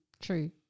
True